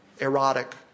erotic